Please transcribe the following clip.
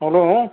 hello ہے